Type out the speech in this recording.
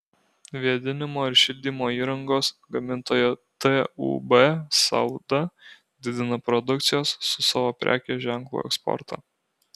vėdinimo ir šildymo įrangos gamintoja tūb salda didina produkcijos su savo prekės ženklu eksportą